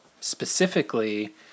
specifically